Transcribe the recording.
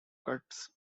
cuts